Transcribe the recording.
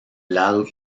lado